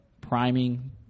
priming